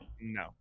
No